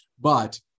but-